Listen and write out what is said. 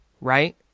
right